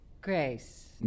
Grace